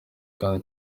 kandi